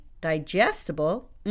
digestible